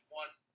one